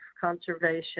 conservation